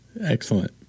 Excellent